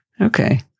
Okay